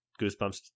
Goosebumps